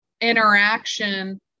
interaction